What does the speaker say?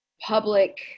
public